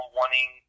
wanting